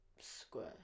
Square